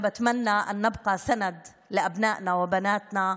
אני מאחלת שנישאר לתת תמיכה לכל בנינו ובנותינו.